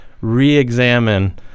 re-examine